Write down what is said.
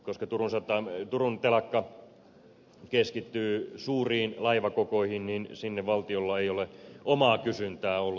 koska turun telakka keskittyy suuriin laivakokoihin niin sinne valtiolla ei ole omaa kysyntää ollut